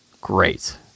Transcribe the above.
great